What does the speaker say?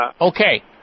Okay